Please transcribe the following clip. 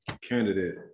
candidate